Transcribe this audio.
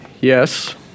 Yes